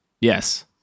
Yes